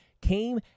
came